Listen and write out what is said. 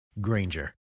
Granger